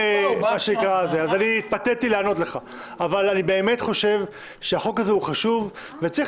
אני באמת חושב שהחוק הוא חשוב וצריך